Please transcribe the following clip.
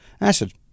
acid